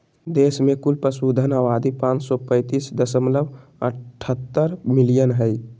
देश में कुल पशुधन आबादी पांच सौ पैतीस दशमलव अठहतर मिलियन हइ